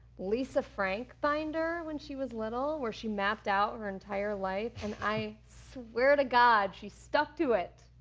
lisa frank binder when she was little where she mapped out her entire life and i swear to god she stuck to it.